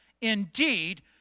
indeed